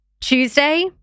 Tuesday